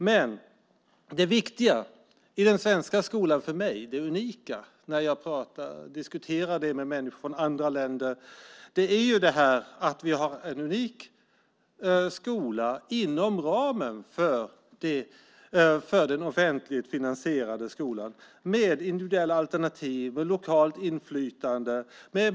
Men för mig är det viktiga i svenska skolan, och det unika när jag diskuterar med människor från andra länder, att vi har en skola med individuella alternativ, lokalt inflytande och mångfald inom ramen för det offentligt finansierade.